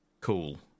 cool